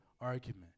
argument